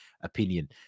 opinion